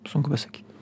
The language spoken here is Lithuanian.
sunku pasakyt